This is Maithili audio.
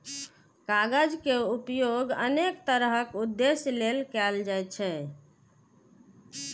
कागज के उपयोग अनेक तरहक उद्देश्य लेल कैल जाइ छै